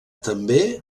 també